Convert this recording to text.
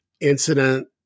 incident